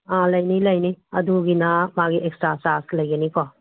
ꯑꯥ ꯂꯩꯅꯤ ꯂꯩꯅꯤ ꯑꯗꯨꯒꯤꯅ ꯃꯥꯒꯤ ꯑꯦꯛꯁꯇ꯭ꯔꯥ ꯆꯥꯔꯖ ꯂꯩꯒꯅꯤꯀꯣ